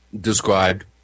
described